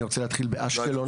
אני רוצה להתחיל באשקלון.